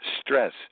stress